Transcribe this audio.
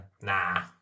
nah